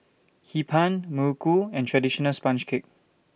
Hee Pan Muruku and Traditional Sponge Cake